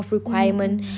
mm mm